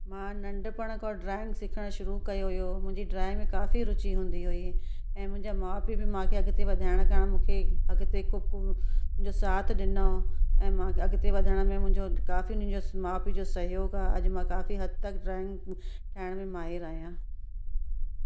मां नंढपण खां ड्राईंग सिखणु शुरू कयो हुयो मुंहिंजी ड्राईंग काफ़ी रूची हुंदी हुई ऐं मुंहिंजा माउ पीउ बि मूंखे अॻिते वधाइणु करणु मूंखे अॻिते कुकू मुंहिंजो साथ ॾिनो ऐं मां अॻिते वधण में मुंहिंजो काफ़ी उन्हनि जो माउ पीउ सहयोग आहे अॼु मां काफ़ी हद तक ड्राईंग ठाहिण में माहिरु आहियां